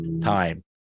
time